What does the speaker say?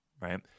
right